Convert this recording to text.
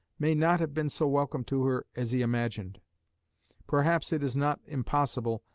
may not have been so welcome to her as he imagined perhaps, it is not impossible,